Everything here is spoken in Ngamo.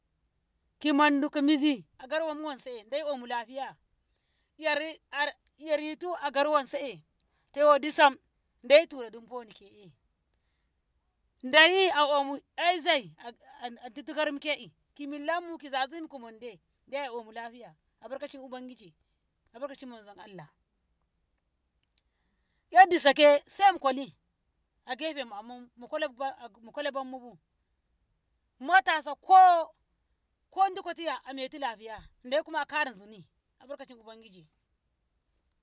ki mondu ki mizi a garwammu wanse dai omu lafiya 'yar- e'ritu agari wanse'e toyo disam dai tura dimfoni ke'e dai a omu 'yai zai a ditu garmu ke'e ki millammu ki zazin kimonde dai omu lfiya albakaci ubangiji albarkacin manzon Allah. E' disa ke saimu goli a gefemmu mu- mukola bammubu mota wanse ko dikko tiya a metu lafiya dai kuma a kara zuni albarkaci ubangiji.